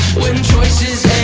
when choices